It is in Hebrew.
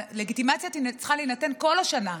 הלגיטימציה צריכה להינתן כל השנה,